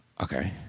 okay